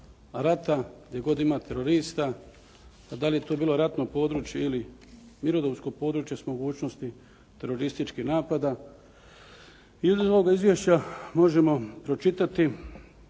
ima rata, gdje god ima terorista pa da li to bilo ratno područje ili mirnodopsko područje s mogućnosti terorističkih napada ili od ovoga izvješća možemo pročitati